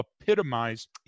epitomize